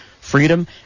Freedom